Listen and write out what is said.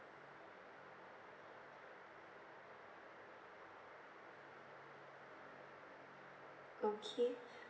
okay